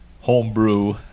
homebrew